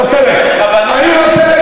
עכשיו תראה, אני רוצה,